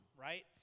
Right